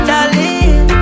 Darling